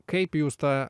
kaip jūs tą